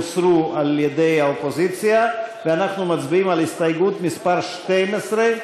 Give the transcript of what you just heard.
יוסי יונה, איל בן ראובן ויעל כהן-פארן, להלן: